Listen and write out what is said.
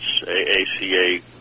aaca